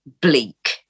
bleak